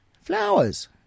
flowers